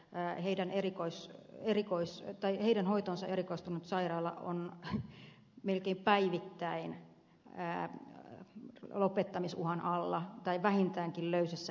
näin heidän erikois ja perheitten kohdalla heidän hoitoonsa erikoistunut sairaala on melkein päivittäin lopettamisuhan alla tai vähintäänkin löysässä hirressä